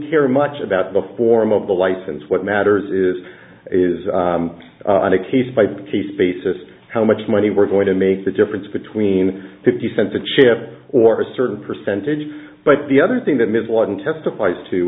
care much about the form of the license what matters is is on a case by case basis how much money we're going to make the difference between fifty cents a chip or a certain percentage but the other thing that ms ladin testif